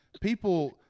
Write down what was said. people